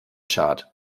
tschad